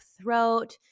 throat